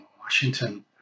Washington